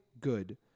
good